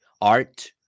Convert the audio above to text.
art